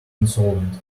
insolvent